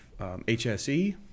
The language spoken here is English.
HSE